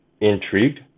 intrigued